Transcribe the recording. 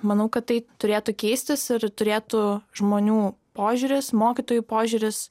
manau kad tai turėtų keistis ir turėtų žmonių požiūris mokytojų požiūris